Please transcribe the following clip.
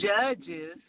judges